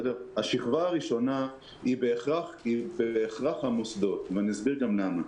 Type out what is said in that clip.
השכבה הראשונה היא בהכרח המוסדות, ואסביר גם למה.